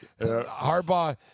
Harbaugh